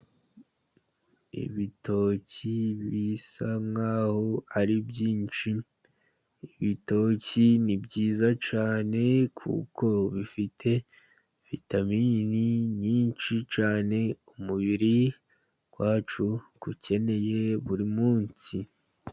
Ibitoki bisa nk'aho ari byinshi, ibitoki ni byiza cyane, kuko bifite vitamini nyinshi cyane, umubiri wacu ukeneye buri munsi.